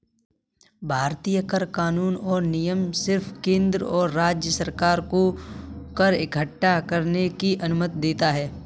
भारतीय कर कानून और नियम सिर्फ केंद्र और राज्य सरकार को कर इक्कठा करने की अनुमति देता है